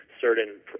certain